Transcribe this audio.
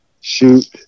shoot